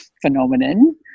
phenomenon